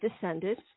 descended